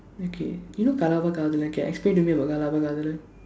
okay you know Kalaba Kadhala can explain to me about Kalaba Kadhala